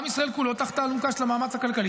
עם ישראל כולו תחת האלונקה של המאמץ הכלכלי,